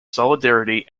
solidarity